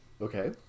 okay